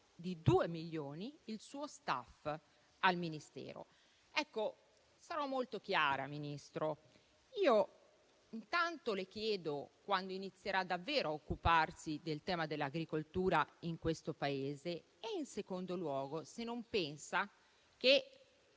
di due milioni il suo *staff* al Ministero. Sarò molto chiara, signor Ministro. Intanto, le chiedo quando inizierà davvero a occuparsi del tema dell'agricoltura in questo Paese. In secondo luogo, se non pensa che